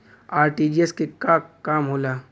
RTGS के का काम होला?